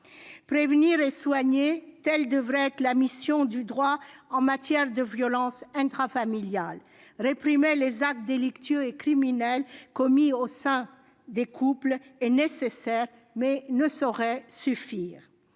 Prévenir et soigner, telle devrait être la mission du droit en matière de violences intrafamiliales. Réprimer les actes délictueux et criminels commis au sein des couples est nécessaire, mais ne saurait suffire.